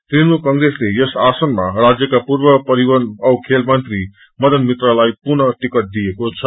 तृणमूल कंग्रेसले यस आसनमा राज्यका पूर्व परिवहन औ खेलमंत्री मदन मित्रालाई पुनः टिकट दिएको छ